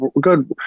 good